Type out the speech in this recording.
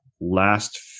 last